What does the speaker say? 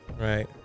Right